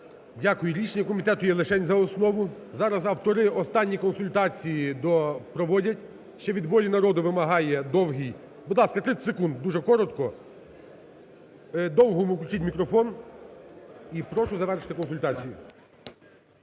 Дякую. Рішення комітету є лишень за основу. Зараз автори останні консультації проводять. Ще від "Волі народу" вимагає Довгий. Будь ласка, 30 секунд. Дуже коротко. Довгому включіть мікрофон. І прошу завершити консультації.